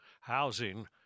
housing